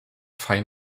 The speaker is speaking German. fein